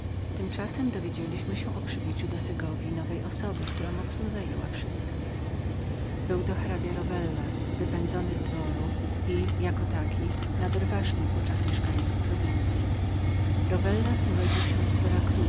tego dowiedzieliśmy się o przybyciu do segowji nowej osoby która mocno zajęła wszystkich był to hrabia rowellas wypędzony z dworu i jako taki nader ważny w oczach mieszkańców prowincyi rowellas urodził się w